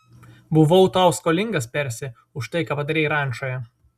buvau tau skolingas persi už tai ką padarei rančoje